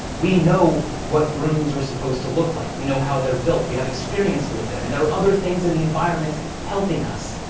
we know what rooms are supposed to look like. we know how they're built. we have experience with them and there are other things in the environment helping us.